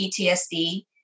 PTSD